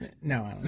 no